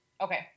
Okay